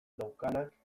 daukanak